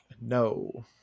No